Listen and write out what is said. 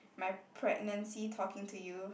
my pregnancy talking to you